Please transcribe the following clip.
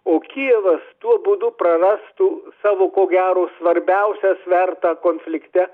o kijevas tuo būdu prarastų savo ko gero svarbiausią svertą konflikte